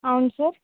అవును సార్